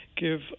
give